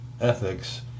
ethics